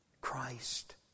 Christ